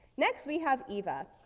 next, we have eva.